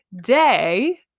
day